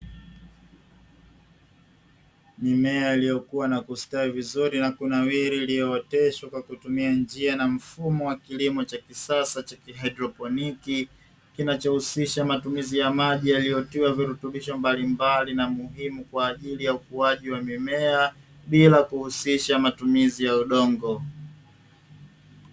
Mimea iliyokuwa na kustawi vizuri na kunawiri iliyooteshwa kwa kutumia njia na mfumo wa kilimo cha kisasa cha kihaidroponi, kinachohusisha matumizi ya maji yaliyotiwa virutubisho mbalimbali na muhimu kwa ajili ya ukuaji wa mimea bila kuhusisha matumizi ya udongo.